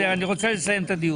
ואני רוצה לסיים את הדיון.